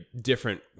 different